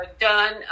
done